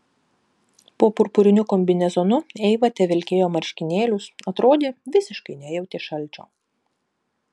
po purpuriniu kombinezonu eiva tevilkėjo marškinėlius atrodė visiškai nejautė šalčio